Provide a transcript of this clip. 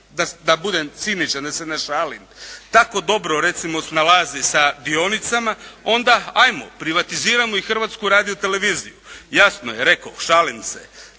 da budem ciničan, da se našalim, tako dobro recimo snalazi sa dionicama onda ajmo privatizirajmo i Hrvatsku radioteleviziju. Jasno, rekoh šalim se,